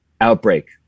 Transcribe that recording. outbreak